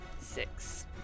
Six